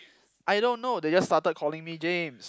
I don't know they just started calling me James